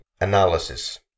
analysis